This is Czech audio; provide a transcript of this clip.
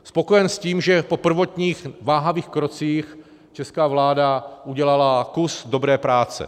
Spokojen s tím, že po prvotních váhavých krocích česká vláda udělala kus dobré práce.